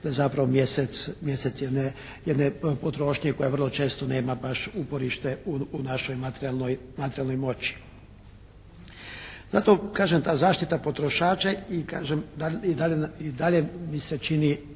da je zapravo mjesec jedne potrošnje koja vrlo često nema baš uporište u našoj materijalnoj moći. Zato kažem ta zaštita potrošača i kažem i dalje mi se čini